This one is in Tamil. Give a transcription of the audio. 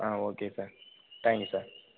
ah okay sir thank you sir